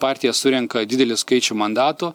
partija surenka didelį skaičių mandatų